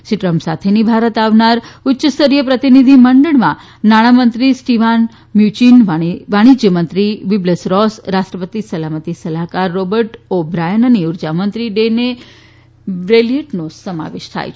શ્રી ટ્રમ્પની સાથે ભારત આવનાર ઉચ્ય સ્તરીય પ્રતિનિધિમંડળમાં નાણામંત્રી સ્ટીવાન મ્યુચીન વાણિશ્ચ્યમંત્રી વિલ્બર રોસ રાષ્ટ્રીય સલામતી સલાહકાર રોબર્ટ ઓ બ્રાયન અને ઉર્જામંત્રી ડેને બ્રેલીએટનો સમાવેશ થાય છે